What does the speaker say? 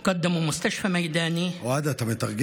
הם סיפקו בית חולים שדה, ) אוהד, אתה מתרגם?